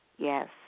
Yes